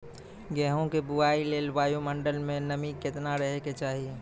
गेहूँ के बुआई लेल वायु मंडल मे नमी केतना रहे के चाहि?